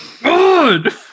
Good